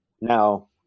Now